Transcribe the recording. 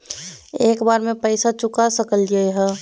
एक बार में पैसा चुका सकालिए है?